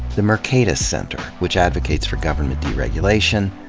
the mercatus center, which advocates for government deregulation.